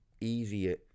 easier